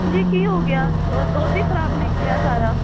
ਜੀ ਕੀ ਹੋ ਗਿਆ ਦੁੱਧ ਹੀ ਖਰਾਬ ਨਿਕਲਿਆ ਸਾਰਾ